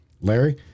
Larry